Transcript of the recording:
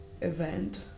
event